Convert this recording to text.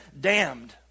damned